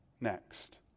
next